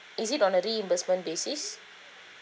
is it on a reimbursement basis